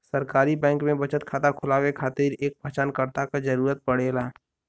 सरकारी बैंक में बचत खाता खुलवाये खातिर एक पहचानकर्ता क जरुरत पड़ला